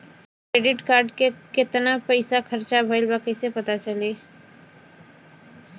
Credit card के कितना पइसा खर्चा भईल बा कैसे पता चली?